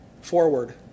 forward